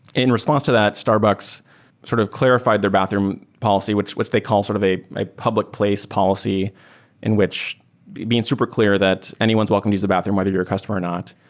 in response to that, starbucks sort of clarified their bathroom policy, which which they call sort of a a public place policy in which being super clear that anyone is welcome to use the bathroom, whether you're a customer or not.